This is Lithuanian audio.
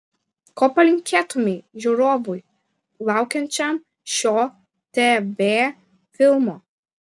ko palinkėtumei žiūrovui laukiančiam šio tv filmo